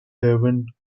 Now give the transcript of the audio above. having